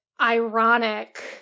ironic